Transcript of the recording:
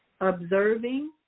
Observing